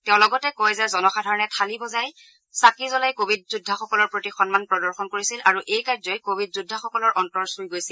তেওঁ লগতে কয় যে জনসাধাৰণে থালি বজাই চাকি জুলাই কোভিড যোদ্ধাসকলৰ প্ৰতি সন্মান প্ৰদৰ্শন কৰিছিল আৰু এই কাৰ্যই কোভিড যোদ্ধাসকলৰ অন্তৰ চুই গৈছিল